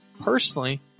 Personally